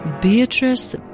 Beatrice